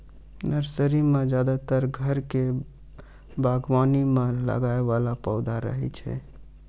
nursery मॅ ज्यादातर घर के बागवानी मॅ लगाय वाला पौधा रहै छै